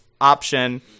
option